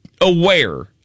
aware